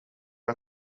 jag